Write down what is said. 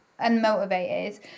unmotivated